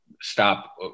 stop